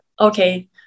okay